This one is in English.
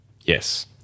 Yes